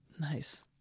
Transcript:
Nice